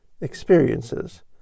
experiences